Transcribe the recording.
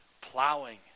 plowing